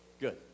good